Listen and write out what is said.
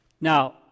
Now